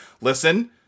listen